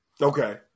Okay